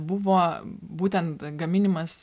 buvo būtent gaminimas